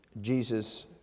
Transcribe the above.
Jesus